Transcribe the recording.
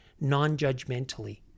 non-judgmentally